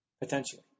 Potentially